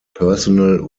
personnel